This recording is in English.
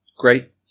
Great